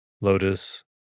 lotus